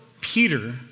Peter